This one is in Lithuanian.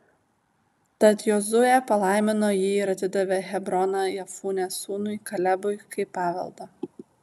tad jozuė palaimino jį ir atidavė hebroną jefunės sūnui kalebui kaip paveldą